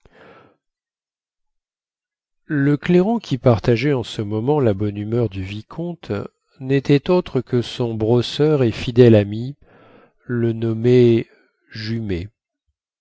le clairon qui partageait en ce moment la bonne humeur du vicomte nétait autre que son brosseur et fidèle ami le nommé jumet